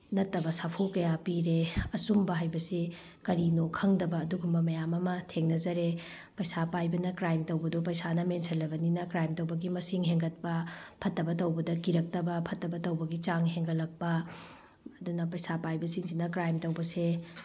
ꯅꯠꯇꯕ ꯁꯥꯐꯨ ꯀꯌꯥ ꯄꯤꯔꯦ ꯑꯆꯨꯝꯕ ꯍꯥꯏꯕꯁꯦ ꯀꯔꯤꯅꯣ ꯈꯪꯗꯕ ꯑꯗꯨꯒꯨꯝꯕ ꯃꯌꯥꯝ ꯑꯃ ꯊꯦꯡꯅꯖꯔꯦ ꯄꯩꯁꯥ ꯄꯥꯏꯕꯅ ꯀ꯭ꯔꯥꯏꯝ ꯇꯧꯕꯗꯣ ꯄꯩꯁꯥꯅ ꯃꯦꯟꯁꯤꯜꯂꯕꯅꯤꯅ ꯀ꯭ꯔꯥꯏꯝ ꯇꯧꯕꯒꯤ ꯃꯁꯤꯡ ꯍꯦꯟꯒꯠꯄ ꯐꯠꯇꯕ ꯇꯧꯕꯗ ꯀꯤꯔꯛꯇꯕ ꯐꯠꯇꯕ ꯇꯧꯕꯒꯤ ꯆꯥꯡ ꯍꯦꯟꯒꯠꯂꯛꯄ ꯑꯗꯨꯅ ꯄꯩꯁꯥ ꯄꯥꯏꯕꯁꯤꯡꯁꯤꯅ ꯀ꯭ꯔꯥꯏꯝ ꯇꯧꯕꯁꯦ